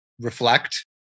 reflect